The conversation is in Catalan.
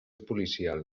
policial